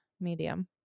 medium